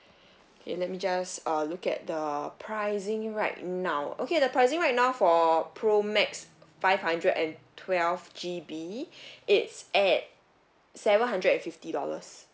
okay let me just uh look at the pricing right now okay the pricing right now for pro max five hundred and twelve G_B it's at seven hundred and fifty dollars